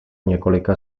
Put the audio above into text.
několika